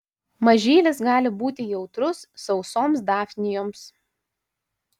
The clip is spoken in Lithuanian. mažylis gali būti jautrus sausoms dafnijoms